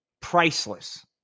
priceless